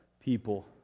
people